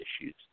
issues